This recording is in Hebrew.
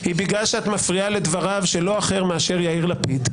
-- היא בגלל שאת מפריעה לדבריו מאשר לא אחר מאשר יאיר לפיד,